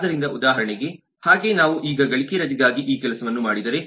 ಆದ್ದರಿಂದ ಉದಾಹರಣೆಗೆ ಹಾಗೆ ನಾವು ಈಗ ಗಳಿಕೆ ರಜೆಗಾಗಿ ಈ ಕೆಲಸವನ್ನು ಮಾಡಿದರೆ